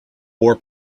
war